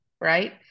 Right